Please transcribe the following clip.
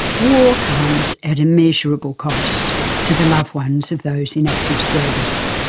war comes at immeasurable cost to the loved ones of those in active service.